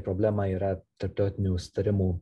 problema yra tarptautinių sutarimų